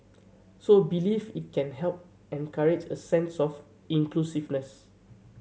so believes it can help encourage a sense of inclusiveness